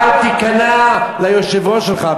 אל תיכנע ליושב-ראש שלך.